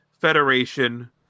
Federation